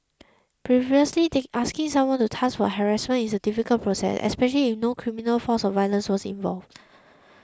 previously take asking someone to task for harassment is a difficult process especially if no criminal force violence was involved